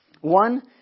One